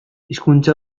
hizkuntza